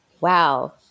Wow